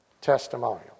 testimonial